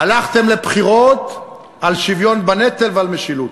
הלכתם לבחירות על שוויון בנטל ועל משילות.